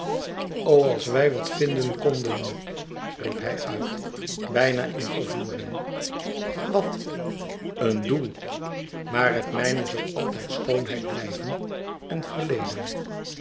als wij wat vinden konden riep hij uit bijna in vervoering wat een doel maar het mijne zoû altijd schoonheid blijven en verleden